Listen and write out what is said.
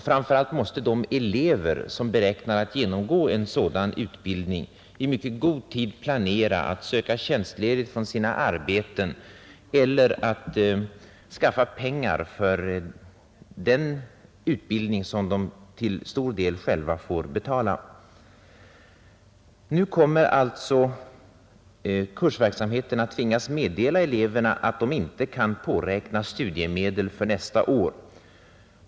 Framför allt måste de elever som beräknar att genomgå en sådan utbildning i mycket god tid planera att söka tjänstledigt från sina arbeten eller att skaffa pengar för sin utbildning. Nu kommer alltså Kursverksamheten att tvingas meddela eleverna att de inte kan påräkna studiemedel för nästa år.